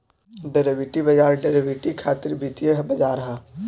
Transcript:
derivative बाजार derivative खातिर वित्तीय बाजार ह